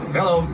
Hello